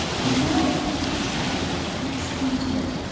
i'm now at a point with this project where i'm saying to it,